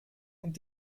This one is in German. und